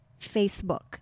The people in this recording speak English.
Facebook